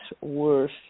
worse